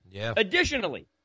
Additionally